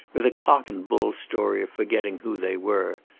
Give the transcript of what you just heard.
with a cock and bull story of forgetting who they were,